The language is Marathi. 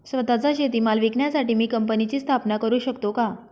स्वत:चा शेतीमाल विकण्यासाठी मी कंपनीची स्थापना करु शकतो का?